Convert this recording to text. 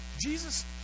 Jesus